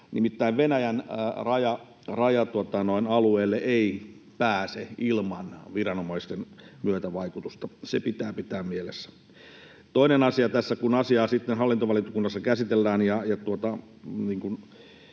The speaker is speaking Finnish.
Nimittäin Venäjän raja-alueelle ei pääse ilman viranomaisten myötävaikutusta, se pitää pitää mielessä. Toinen asia tässä, kun asiaa sitten hallintovaliokunnassa käsitellään ja tuodaan